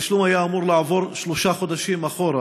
התשלום היה אמור לעבור שלושה חודשים אחורה,